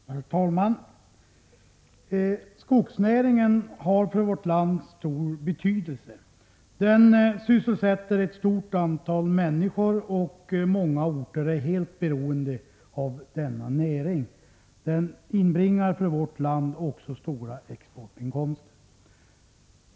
Herr talman! Skogsnäringen har stor betydelse för vårt land. Den sysselsätter ett stort antal människor, och många orter är helt beroende av denna näring. Den inbringar för vårt land stora exportinkomster.